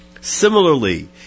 Similarly